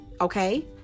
Okay